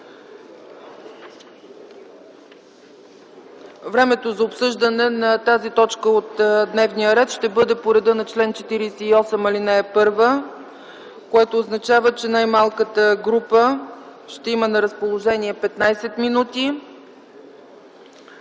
Времето за обсъждане на тази точка от дневния ред ще бъде по реда на чл. 48, ал. 1, което означава, че най-малката парламентарна група ще има на разположение 15 минути,